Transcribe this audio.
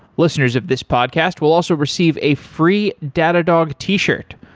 listeners of this podcast will also receive a free datadog t-shirt.